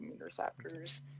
receptors